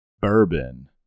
bourbon